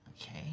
Okay